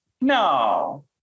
No